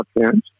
parents